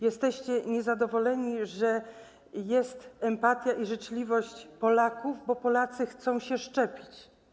Jesteście niezadowoleni, że jest empatia i życzliwość Polaków, bo Polacy chcą się szczepić.